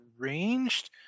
arranged